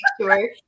sure